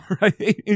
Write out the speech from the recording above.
right